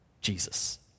Jesus